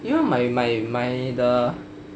you know my my my the